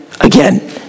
again